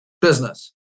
business